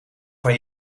van